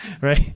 right